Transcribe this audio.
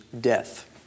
death